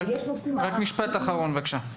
משפט אחרון בבקשה.